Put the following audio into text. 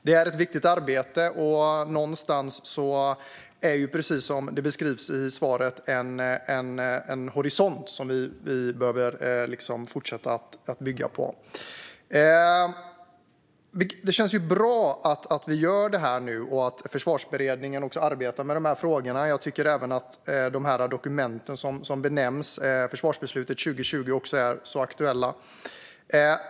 Det är ett viktigt arbete, och precis som det beskrevs i svaret måste vi fortsätta att bygga mot en horisont. Det känns bra att detta görs nu och att Försvarsberedningen arbetar med frågorna. Dokumentet för försvarsbeslutet 2020 är också aktuellt.